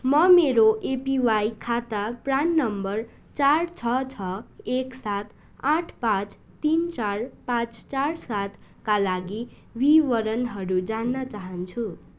म मेरो एपिवाई खाता प्रान नम्बर चार छ छ एक सात आठ पाँच तिन चार पाँच चार सातका लागि विवरणहरू जान्न चहान्छु